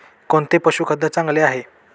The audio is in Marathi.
कोणते पशुखाद्य चांगले आहे?